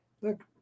look